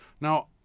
Now